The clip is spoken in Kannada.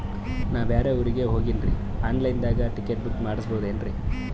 ನಾ ಬ್ಯಾರೆ ಊರಿಗೆ ಹೊಂಟಿನ್ರಿ ಆನ್ ಲೈನ್ ದಾಗ ಟಿಕೆಟ ಬುಕ್ಕ ಮಾಡಸ್ಬೋದೇನ್ರಿ?